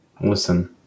Listen